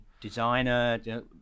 designer